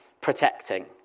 protecting